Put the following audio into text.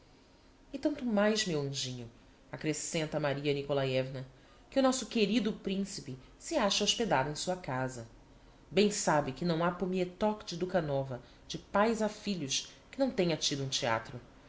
e tanto mais meu anjinho accrescenta maria nikolaievna que o nosso querido principe se acha hospedado em sua casa bem sabe que não ha pomietok de dukhanova de paes a filhos que não tenha tido um theatro